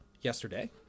yesterday